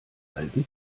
alten